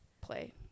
play